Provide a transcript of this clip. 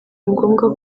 ngombwa